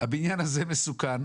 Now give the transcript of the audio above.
הבניין הזה מסוכן.